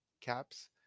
Caps